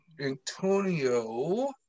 Antonio